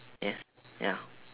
yes ya